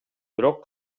бирок